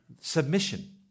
submission